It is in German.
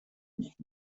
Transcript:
nicht